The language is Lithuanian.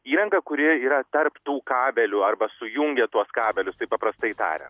įranga kuri yra tarp tų kabelių arba sujungia tuos kabelius taip paprastai tarę